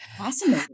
awesome